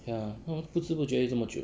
ya 不知不觉就这么久